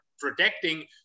protecting